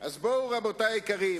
אז בואו, רבותי היקרים.